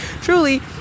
Truly